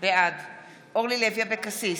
בעד אורלי לוי אבקסיס,